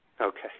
Okay